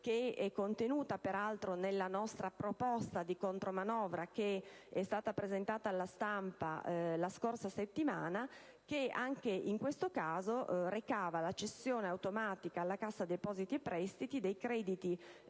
norma, contenuta peraltro nella nostra proposta di contromanovra presentata alla stampa la scorsa settimana, che anche in questo caso recava la cessione automatica alla Cassa depositi e prestiti dei crediti